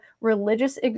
religious